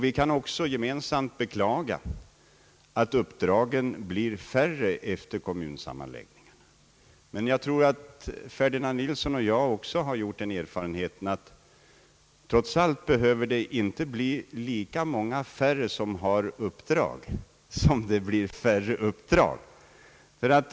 Vi kan också gemensamt beklaga, att uppdragen blir färre efter kommunsammanläggningarna. Jag tror emellertid att herr Ferdinand Nilsson och jag också har gjort den erfarenheten, att det trots allt inte behöver bli lika många färre som har uppdrag som det blir färre uppdrag.